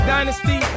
Dynasty